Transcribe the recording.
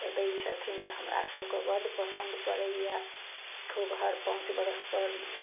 तऽ दै छथिन तऽ हमरा सभके बड्ड पसन्द पड़इए खूब हर पाँच बरसपर